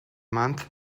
month